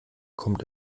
kommt